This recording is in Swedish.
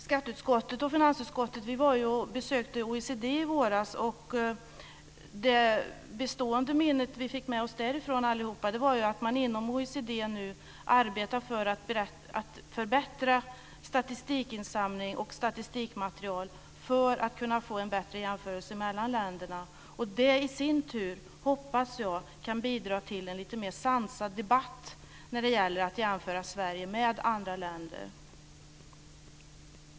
Skatteutskottet och finansutskottet besökte i våras OECD, och vårt bestående minne därifrån var att man nu inom OECD arbetar för att förbättra statistikinsamling och statistikmaterial för att kunna få till stånd bättre jämförelser mellan länderna. Jag hoppas att det i sin tur kan bidra till en lite mer sansad debatt vad gäller jämförelserna mellan Sverige och andra länder.